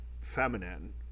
feminine